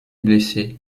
blessé